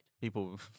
People